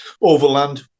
Overland